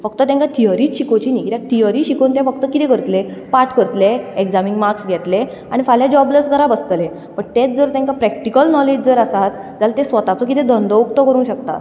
फक्त तेंका थिअरीच शिकोवची न्ही कित्याक थिअरीच शिकून ते फक्त कितें करतले पाठ करतले एक्झामीक मार्क्स घेतले आनी फाल्यां जॉबलस घरा बसतले बट तेंच जर तांकां प्रॅक्टीकल नॉलेज जर आसा जाल्यार ते स्वताचो कितें धंदो उक्तो करूंक शकता